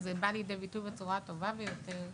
זה בא לידי ביטוי בצורה הטובה ביותר בוועדה.